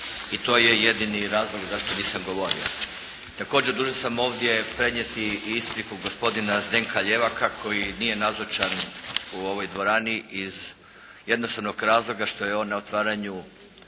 i to je jedini razlog zašto nisam govorio. Također, dužan sam ovdje prenijeti i ispriku gospodina Zdenka Ljevaka koji nije nazočan u ovoj dvorani iz jednostavnog razloga što je on na otvaranju